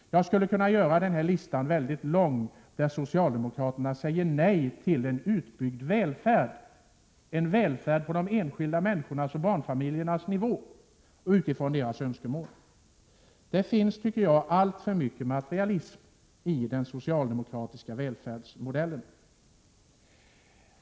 Jag skulle kunna göra denna lista med socialdemokratiska nej till en utbyggd välfärd väldigt lång, en välfärd på den enskildas och barnfamiljernas nivå, utifrån deras önskemål. Det finns alltför mycket materialism i den socialdemokratiska välfärdsmodellen!